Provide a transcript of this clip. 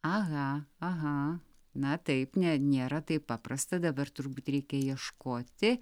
aha aha na taip ne nėra taip paprasta dabar turbūt reikia ieškoti